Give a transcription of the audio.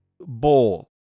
bowl